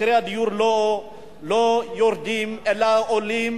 מחירי הדיור לא יורדים אלא עולים.